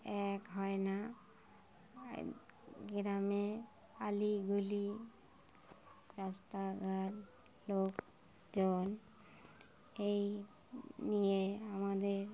এক হয় না গ্রামে অলিগুলি রাস্তাঘাট লোকজন এই নিয়ে আমাদের